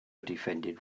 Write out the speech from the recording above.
defended